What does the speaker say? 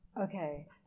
Okay